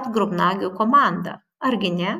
atgrubnagių komandą argi ne